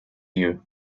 you